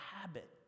habit